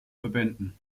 verbänden